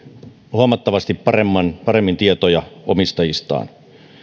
huomattavasti paremmin paremmin tietoja omistajistaan